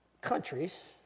countries